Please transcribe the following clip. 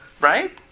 Right